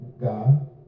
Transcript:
God